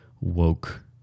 woke